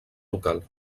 local